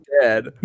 dead